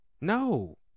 No